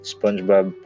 Spongebob